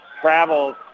travels